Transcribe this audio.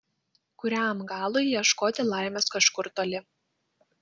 kuriam galui ieškoti laimės kažkur toli